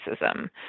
racism